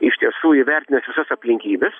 iš tiesų įvertinęs visas aplinkybes